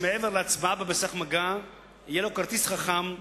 הוא שמעבר להצבעה במסך מגע יהיה לו כרטיס חכם,